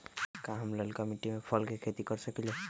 का हम लालका मिट्टी में फल के खेती कर सकेली?